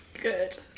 Good